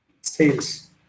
sales